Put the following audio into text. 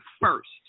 first